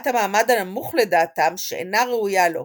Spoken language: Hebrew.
בת המעמד הנמוך, לדעתם, שאינה ראויה לו.